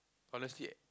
honestly